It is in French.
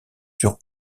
sur